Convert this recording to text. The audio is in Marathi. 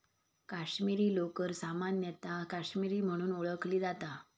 काश्मीरी लोकर सामान्यतः काश्मीरी म्हणून ओळखली जाता